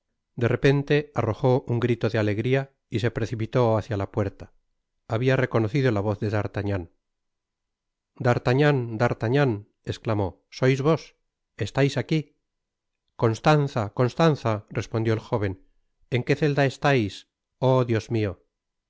de repente arrojó un grito de alegria y se precipitó hácia la puerta habia reconocido la voz de d'artagnan d'arlagnan d'artagnan esclamó sois vos estais aqui constanza constanza i respondió el jóven en qué celda estais oh dios mio